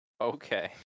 okay